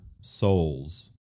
souls